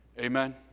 Amen